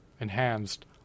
enhanced